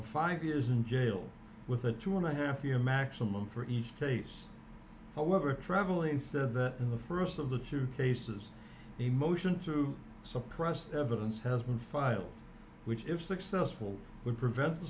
of five years in jail with a two and a half year maximum for each case however travellin said that in the first of the two cases a motion to suppress evidence has been filed which if successful would prevent the